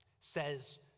says